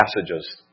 passages